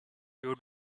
you